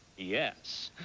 yes.